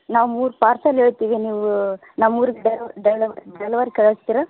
ನಾವು ಮೂರು ಪಾರ್ಸಲ್ ಹೇಳ್ತೀವಿ ನೀವು ನಮ್ಮ ಊರಿಗೆ ಡೆಲ್ ಡೆಲ್ವ್ ಡೆಲ್ವರಿ ಕಳಿಸ್ತೀರಾ